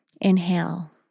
inhale